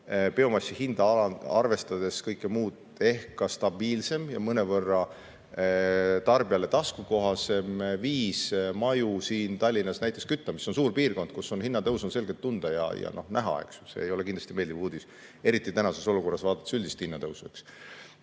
kõike muud arvestades ehk ka stabiilsem ja mõnevõrra tarbijale taskukohasem viis siin Tallinnas näiteks maju kütta. See on suur piirkond, kus on hinnatõus selgelt tunda ja näha. See ei ole kindlasti meeldiv uudis, eriti tänases olukorras, vaadates üldist hinnatõusu,